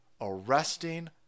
arresting